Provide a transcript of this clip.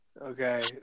okay